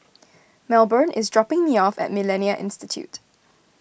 Melbourne is dropping me off at Millennia Institute